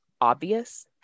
obvious